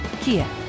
Kia